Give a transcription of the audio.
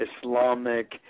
Islamic